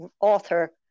author